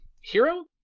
hero